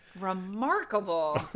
Remarkable